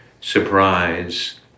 surprise